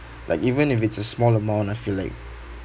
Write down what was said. like even if it's a small amount I feel like